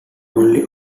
only